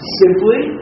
simply